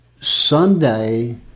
Sunday